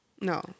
No